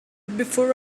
before